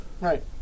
Right